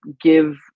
give